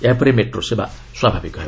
ଏହାପରେ ମେଟ୍ରୋ ସେବା ସ୍ୱାଭାବିକ ହେବ